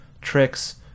tricks